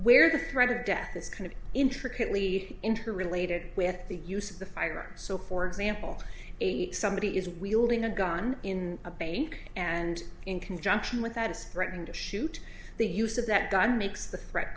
where the threat or death is kind of intricately interrelated with the use of the firearm so for example somebody is wielding a gun in a bank and in conjunction with that is threatening to shoot the use of that gun makes the threat